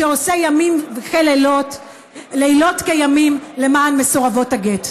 שעושה לילות כימים למען מסורבות הגט.